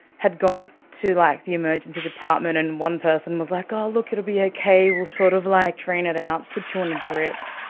had gone to like the emergency department and one person was, like, ah look, it will be okay, we'll sort of like drain it out, put you on a drip,